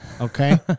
Okay